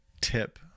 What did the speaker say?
tip